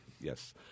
Yes